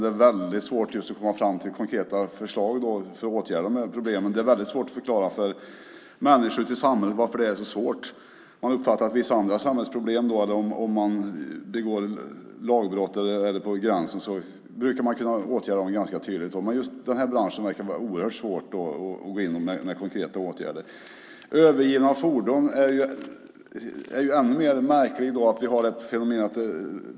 Det är väldigt svårt att komma fram till konkreta förslag för att åtgärda de här problemen, och det är väldigt svårt att förklara för människor ute i samhället varför det är så svårt. Vissa andra samhällsproblem, begångna lagbrott och fall som är på gränsen brukar man kunna åtgärda ganska tydligt, men just den här branschen verkar vara oerhört svår att gå in i med konkreta åtgärder. Övergivna fordon är ett ännu märkligare fenomen.